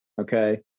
Okay